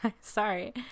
sorry